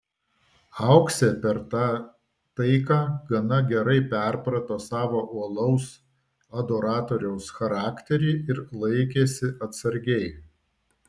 auksė per tą taiką gana gerai perprato savo uolaus adoratoriaus charakterį ir laikėsi atsargiai